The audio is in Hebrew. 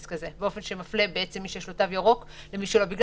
כזה באופן שמפלה בעצם מי שיש לו תו ירוק למי שאין לו.